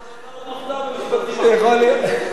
משפטים, יכול להיות.